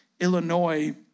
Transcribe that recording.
Illinois